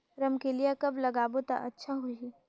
रमकेलिया कब लगाबो ता अच्छा होही?